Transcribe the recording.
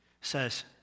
says